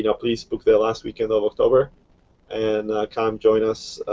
you know please book the last weekend of october and come join us.